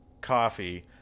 coffee